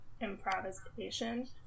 improvisation